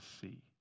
see